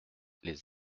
les